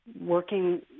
working